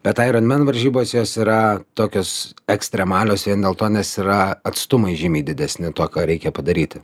bet aironmen varžybos jos yra tokios ekstremalios vien dėl to nes yra atstumai žymiai didesni tuo ką reikia padaryti